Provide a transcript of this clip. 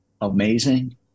amazing